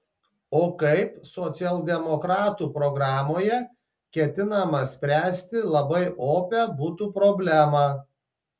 o kaip socialdemokratų programoje ketinama spręsti labai opią butų problemą